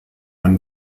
einen